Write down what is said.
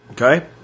okay